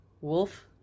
wolf